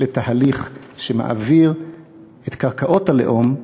לתהליך שמעביר את קרקעות הלאום ללאום,